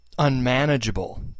unmanageable